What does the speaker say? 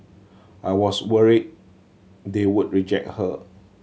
I was worried they would reject her